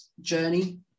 Journey